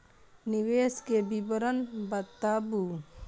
निवेश के विवरण बताबू?